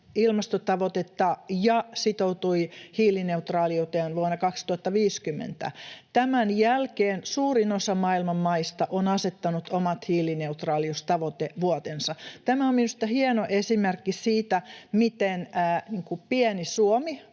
ilmastotavoitetta ja sitoutui hiilineutraaliuteen vuonna 2050. Tämän jälkeen suurin osa maailman maista on asettanut omat hiilineutraaliustavoitevuotensa. Tämä on minusta hieno esimerkki siitä, miten pieni Suomi